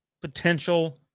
potential